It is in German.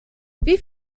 wie